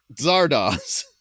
Zardoz